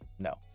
No